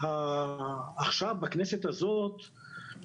הייתה עוסקת בו.